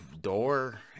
door